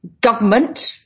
government